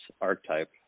archetype